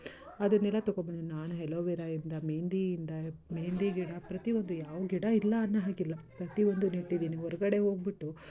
ಅದನ್ನೆಲ್ಲ ತಗೊ ಬಂದ್ವಿ ನಾನು ಹೆಲೋವಿರಯಿಂದ ಮೆಹೆಂದಿಯಿಂದ ಮೆಹಂದಿ ಗಿಡ ಪ್ರತಿಯೊಂದು ಯಾವ ಗಿಡ ಇಲ್ಲ ಅನ್ನೊ ಹಾಗಿಲ್ಲ ಪ್ರತಿಯೊಂದು ನೆಟ್ಟಿದ್ದೀನಿ ಹೊರ್ಗಡೆ ಹೋಗ್ಬಿಟ್ಟು